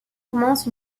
commence